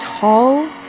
tall